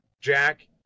Jack